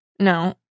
No